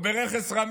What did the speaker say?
או ברכס רמים,